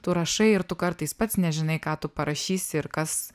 tu rašai ir tu kartais pats nežinai ką tu parašysi ir kas